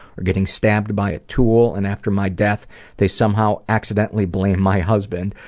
or getting stabbed by a tool and after my death they somehow accidentally blame my husband.